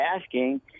asking